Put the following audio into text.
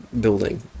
building